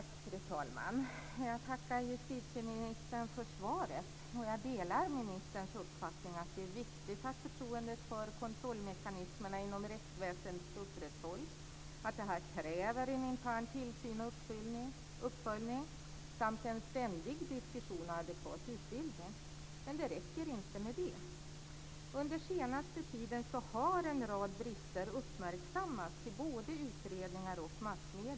Fru talman! Jag tackar justitieministern för svaret, och jag delar ministerns uppfattning att det är viktigt att förtroendet för kontrollmekanismerna inom rättsväsendet upprätthålls. Detta kräver en intern tillsyn och uppföljning samt en ständig diskussion och adekvat utbildning. Men det räcker inte med det. Under den senaste tiden har en rad brister uppmärksammats i både utredningar och massmedier.